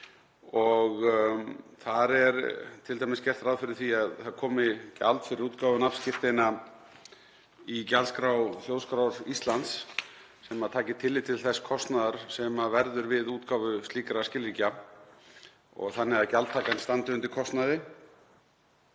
Þar er t.d. gert ráð fyrir því að það komi gjald fyrir útgáfu nafnskírteina í gjaldskrá Þjóðskrár Íslands sem taki tillit til þess kostnaðar sem verður við útgáfu slíkra skilríkja þannig að gjaldtakan standi undir kostnaði.